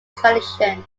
tradition